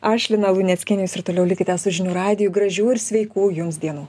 aš lina luneckienė jūs ir toliau likite su žinių radiju gražių ir sveikų jums dienų